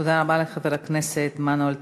תודה רבה לחבר הכנסת מנואל טרכטנברג.